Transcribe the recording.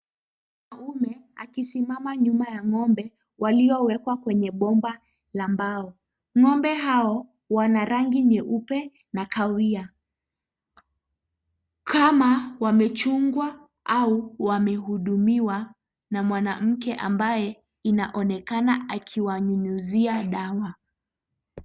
Mwanaume akisimama nyuma ya ng'ombe waliowekwa kwenye bomba la mbao. Ng'ombe hao wana rangi nyeupe na kawia. Kama wamechungwa au wamehudumiwa na mwanamke ambaye inaonekana akiwanyunyizia dawa.